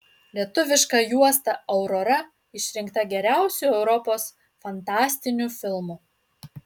lietuviška juosta aurora išrinkta geriausiu europos fantastiniu filmu